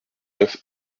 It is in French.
neuf